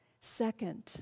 Second